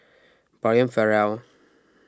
Brian Farrell